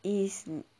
is